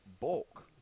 bulk